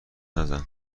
نزن